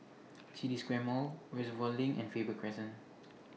City Square Mall Reservoir LINK and Faber Crescent